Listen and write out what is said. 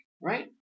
right